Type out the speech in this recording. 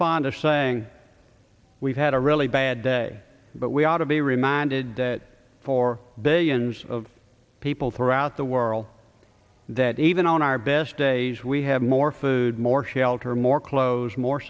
fond of saying we've had a really bad day but we ought to be reminded that for billions of people throughout the world that even on our best days we have more food more shelter more clothes more